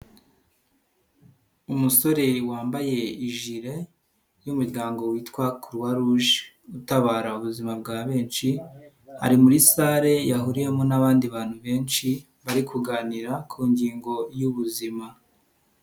Umusore wambaye ijire y'Umuryango witwa Croix Rouge utabara ubuzima bwa benshi, ari muri sale yahuriyemo n'abandi bantu benshi bari kuganira ku ngingo y'ubuzima.